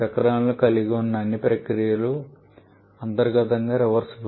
చక్రాలను కలిగి ఉన్న అన్ని ప్రక్రియలు అంతర్గతంగా రివర్సబుల్